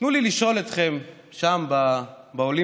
תנו לי לשאול אתכם שם באולימפוס: